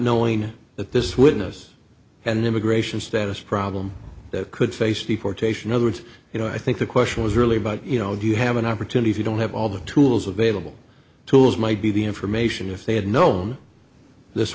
knowing that this witness an immigration status problem could face deportation others you know i think the question was really about you know do you have an opportunity if you don't have all the tools available tools might be the information if they had known this